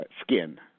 skin